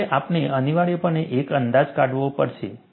એટલે આપણે અનિવાર્યપણે એક અંદાજ કાઢવો પડશે